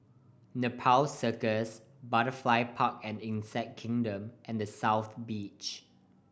Nepal Circus Butterfly Park and Insect Kingdom and The South Beach